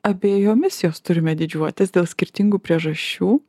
abejomis jos turime didžiuotis dėl skirtingų priežasčių